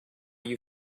you